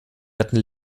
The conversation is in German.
retten